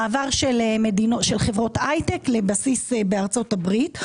ממעבר של חברות הייטק לבסיס בארצות הברית.